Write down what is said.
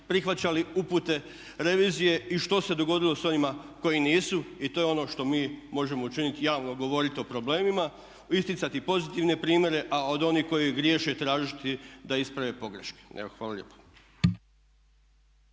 prihvaćali upute revizije i što se dogodilo s ovima koji nisu. To je ono što mi možemo učiniti, javno govoriti o problemima, isticati pozitivne primjere a od onih koji griješe tražiti da isprave pogreške. Evo, hvala lijepo.